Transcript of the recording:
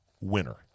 winner